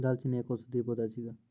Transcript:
दालचीनी एक औषधीय पौधा छिकै